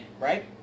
right